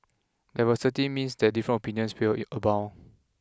diversity means that different opinions will abound